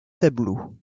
tableaux